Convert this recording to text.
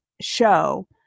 show